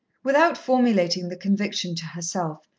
without formulating the conviction to herself,